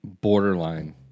borderline